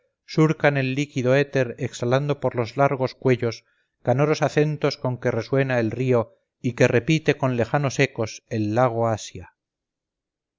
surcan el líquido éter exhalando por los largos cuellos canoros acentos con que resuena el río y que repite con lejanos ecos el lago asia